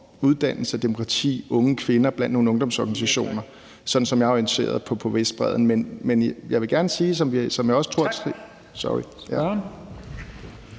uddannelse og demokrati, unge kvinder blandt nogle ungdomsorganisationer, sådan som jeg er orienteret, på Vestbredden. Men jeg vil gerne sige ... Kl. 17:53